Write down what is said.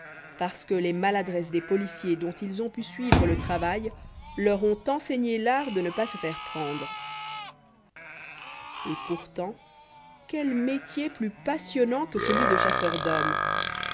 parce que les maladresses des policiers dont ils ont pu suivre le travail leur ont enseigné l'art de ne pas se faire prendre et pourtant quel métier plus passionnant que celui de chasseur d'homme